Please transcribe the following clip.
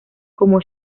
como